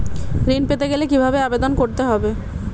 ঋণ পেতে গেলে কিভাবে আবেদন করতে হবে?